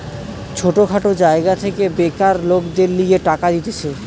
ছোট খাটো জায়গা থেকে বেকার লোকদের লিগে টাকা দিতেছে